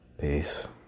peace